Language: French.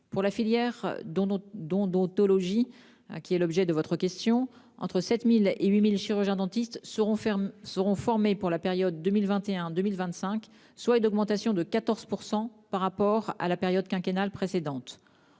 Pour la filière d'odontologie, entre 7 000 et 8 000 chirurgiens-dentistes seront formés pour la période 2021-2025, soit une augmentation de 14 % par rapport à la période quinquennale précédente.